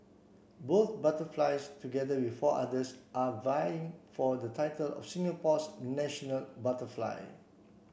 both butterflies together with four others are vying for the title of Singapore's national butterfly